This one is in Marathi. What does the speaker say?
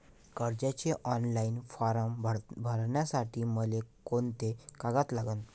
कर्जाचे ऑनलाईन फारम भरासाठी मले कोंते कागद लागन?